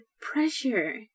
pressure